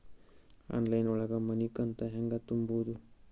Online ಒಳಗ ಮನಿಕಂತ ಹ್ಯಾಂಗ ತುಂಬುದು?